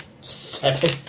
Seven